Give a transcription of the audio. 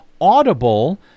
audible